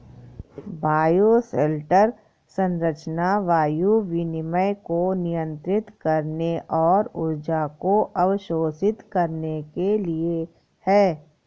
bioshelter संरचना वायु विनिमय को नियंत्रित करने और ऊर्जा को अवशोषित करने के लिए है